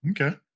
okay